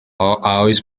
oes